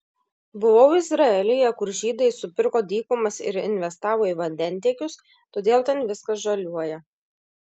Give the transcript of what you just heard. buvau izraelyje kur žydai supirko dykumas ir investavo į vandentiekius todėl ten viskas žaliuoja